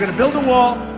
and build a wall.